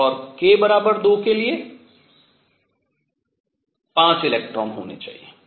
और k2 के लिए 5 इलेक्ट्रॉन होने चाहिए